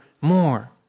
more